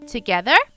Together